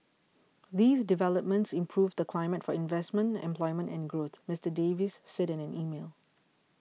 these developments improve the climate for investment employment and growth Mister Davis said in an email